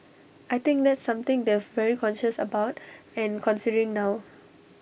I think that's something they've very conscious about and considering now